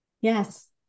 yes